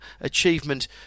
achievement